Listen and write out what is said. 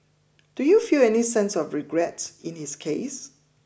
do you feel any sense of regret in his case